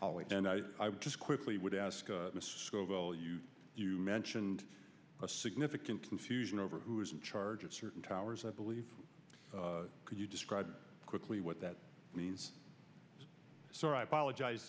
ali and i just quickly would ask mr scobell you you mentioned a significant confusion over who is in charge of certain towers i believe could you describe quickly what that means so i apologize